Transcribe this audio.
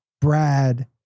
Brad